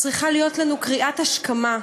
צריכה להיות לנו קריאת השכמה,